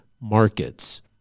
markets